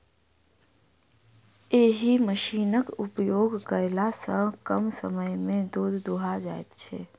एहि मशीनक उपयोग कयला सॅ कम समय मे दूध दूहा जाइत छै